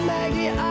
Maggie